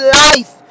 life